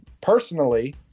Personally